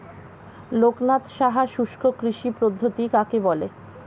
লোকনাথ সাহা শুষ্ককৃষি পদ্ধতি কাকে বলে?